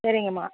சரிங்கம்மா